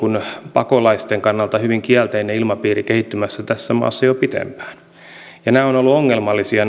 pakolaisten kannalta hyvin kielteinen ilmapiiri kehittymässä tässä maassa jo pitempään nämä aikaisemmat lakimuutokset ovat olleet ongelmallisia